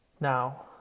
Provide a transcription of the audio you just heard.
Now